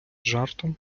жартом